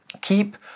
Keep